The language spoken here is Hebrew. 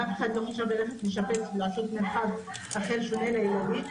ואף אחד לא משפץ כדי לעשות מרחב אחר שונה לילדים.